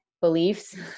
beliefs